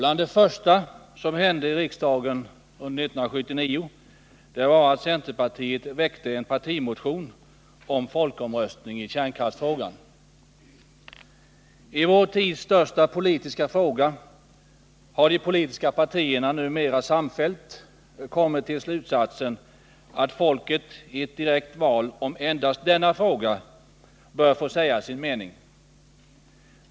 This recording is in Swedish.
Bland det första som hände i riksdagen år 1979 var att centerpartiet väckte I vår tids största politiska fråga har de politiska partierna numera samfällt kommit till slutsatsen att folket i ett direkt val om endast denna fråga bör få säga sin mening.